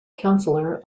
councillor